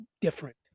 different